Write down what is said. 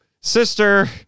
sister